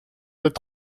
est